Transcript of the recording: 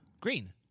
Green